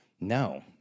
No